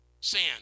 sand